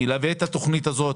אני אלווה את התכנית הזאת,